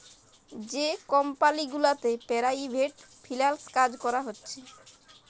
যে কমপালি গুলাতে private freelance কাজ ক্যরা হছে